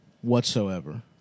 whatsoever